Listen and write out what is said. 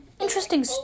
interesting